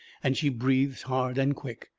and she breathes hard and quick.